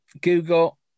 Google